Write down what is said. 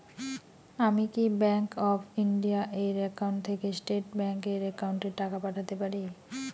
আমি কি bank of India এর একাউন্ট থেকে স্টেট ব্যাংক এর একাউন্টে টাকা পাঠাতে পারি?